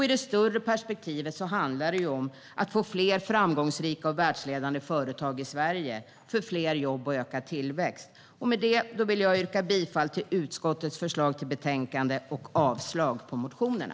I det större perspektivet handlar det om att få fler framgångsrika och världsledande företag i Sverige för fler jobb och ökad tillväxt. Jag yrkar bifall till utskottets förslag i betänkandet och avslag på motionerna.